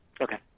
Okay